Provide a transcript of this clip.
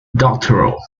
doctoral